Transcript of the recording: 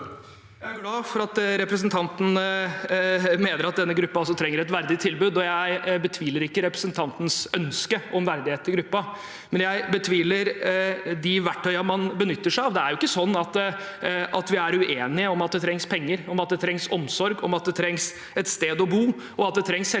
Jeg er glad for at repre- sentanten mener at denne gruppen også trenger et verdig tilbud, og jeg betviler ikke representantens ønske om verdighet for gruppen, men jeg betviler de verktøyene man benytter seg av. Det er jo ikke sånn at vi er uenige om at det trengs penger, om at det trengs omsorg, om at det trengs et sted å bo, og at det trengs helsetjenester.